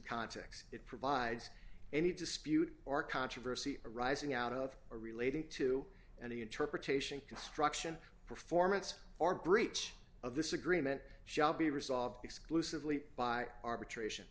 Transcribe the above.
context it provides any dispute or controversy arising out of or relating to any interpretation construction performance or breach of this agreement shall be resolved exclusively by arbitration